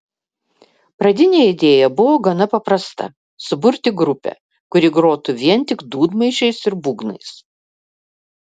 pradinė idėja buvo gana paprasta suburti grupę kuri grotų vien tik dūdmaišiais ir būgnais